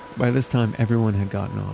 by this time everyone had gotten off.